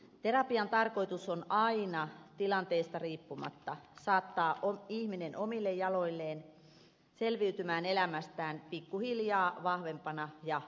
terapian tarkoitus on aina tilanteesta riippumatta saattaa ihminen omille jaloilleen selviytymään elämästään pikkuhiljaa vahvempana ja vahvempana